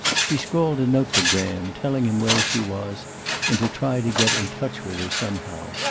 she scrawled a note to graham, telling him where she was and to try to get in touch with her somehow.